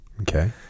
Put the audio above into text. Okay